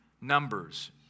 Numbers